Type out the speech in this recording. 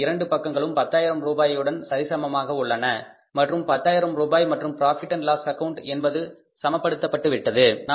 எனவே இரண்டு பக்கங்களும் 10000 பத்தாயிரம் ரூபாயுடன் சரிசமமாக உள்ளன மற்றும் பத்தாயிரம் ரூபாய் மற்றும் profit and loss account Profit Loss account என்பது சமப்படுத்த பட்டுவிட்டது